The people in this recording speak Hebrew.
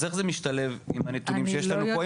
אז איך זה משתלב עם הנתונים שיש לנו פה?